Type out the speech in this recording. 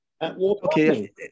okay